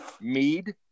Mead